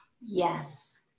Yes